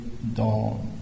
dans